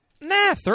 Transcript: Nah